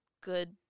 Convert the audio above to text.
good